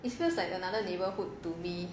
it feels like another neighbourhood to me